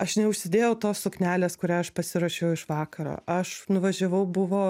aš neužsidėjau tos suknelės kurią aš pasiruošiau iš vakaro aš nuvažiavau buvo